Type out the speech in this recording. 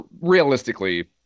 realistically